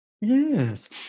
Yes